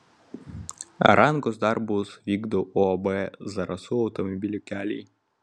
rangos darbus vykdo uab zarasų automobilių keliai